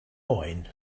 oen